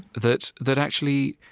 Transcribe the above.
that that actually,